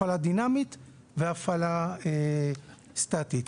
הפעלה דינמית והפעלה סטטית.